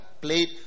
played